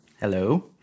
Hello